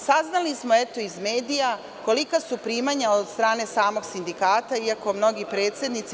Saznali smo iz medija kolika su primanja od strane samog sindikata, iako mnogi predsednici…